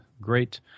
great